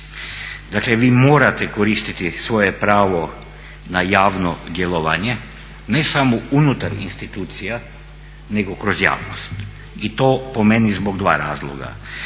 Dakle vi morate koristiti svoje pravo na javno djelovanje ne samo unutar institucija nego kroz javnost i to po meni zbog dva razloga.